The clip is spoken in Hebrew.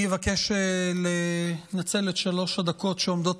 אני מבקש לנצל את שלוש הדקות שעומדות